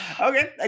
Okay